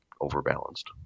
overbalanced